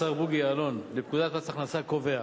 השר בוגי יעלון, לפקודת מס הכנסה קובע